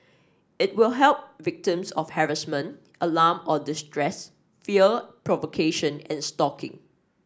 it will help victims of harassment alarm or distress fear provocation and stalking